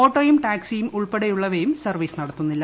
ഓട്ടോയും ടാക്സിയും ഉൾപ്പെടെയുള്ളവയും സർവീസ് നടത്തുന്നില്ല